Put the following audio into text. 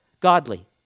godly